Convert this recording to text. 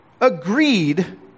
agreed